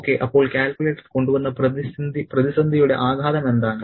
okay അപ്പോൾ calculator കൊണ്ടുവന്ന പ്രതിസന്ധിയുടെ ആഘാതം എന്താണ്